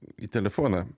į telefoną